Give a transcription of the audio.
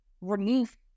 remove